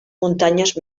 muntanyes